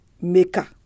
maker